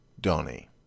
Donny